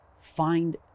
Find